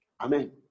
Amen